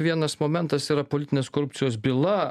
vienas momentas yra politinės korupcijos byla